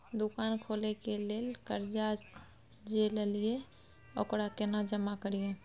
दुकान खोले के लेल कर्जा जे ललिए ओकरा केना जमा करिए?